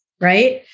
right